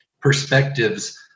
perspectives